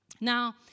Now